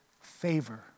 favor